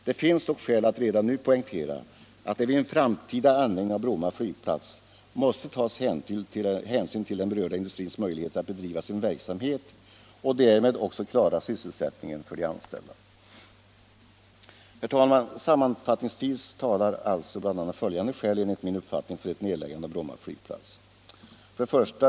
Det finns dock skäl att redan nu poängtera att det vid en framtida användning av Bromma flygplats måste tas: hänsyn till den berörda industrins möjligheter att bedriva sin verksamhet och därmed också klara sysselsättningen för de anställda. Sammanfattningsvis talar alltså bl.a. följande skäl enligt min uppfatt Bromma flygplats Bromma flygplats 1.